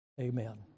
amen